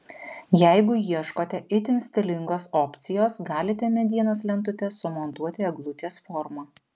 jeigu ieškote itin stilingos opcijos galite medienos lentutes sumontuoti eglutės forma